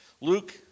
Luke